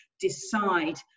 decide